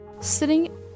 Sitting